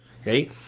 okay